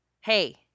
hey